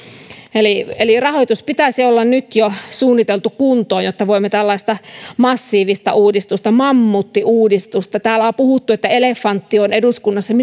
eli eli rahoituksen pitäisi olla jo nyt suunniteltu kuntoon jotta voisimme viedä tällaista massiivista uudistusta mammuttiuudistusta täällä on puhuttu että elefantti on eduskunnassa